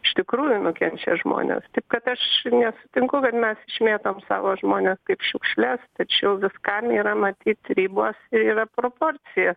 iš tikrųjų nukenčia žmonės taip kad aš nesutinku kad mes išmėtom savo žmones kaip šiukšles tačiau viskam yra matyt ribos ir yra proporcija